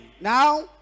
Now